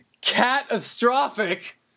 catastrophic